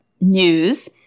News